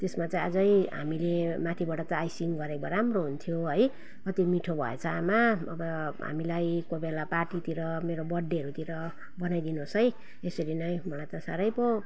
त्यसमा चाहिँ अझै हामीले माथिबाट त्यो आइसिङ गरेको भए राम्रो हुन्थ्यो है कति मिठो भएछ आमा अब हामीलाई कोही बेला पार्टीतिर मेरो बर्थडेहरूतिर बनाइदिनु होस् है यसरी नै मलाई त साह्रै पो